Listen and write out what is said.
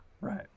Right